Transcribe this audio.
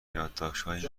یادداشتهای